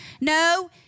No